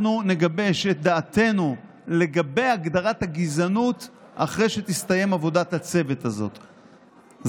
אנחנו נגבש את דעתנו לגבי הגדרת הגזענות אחרי שתסתיים עבודת הצוות הזאת,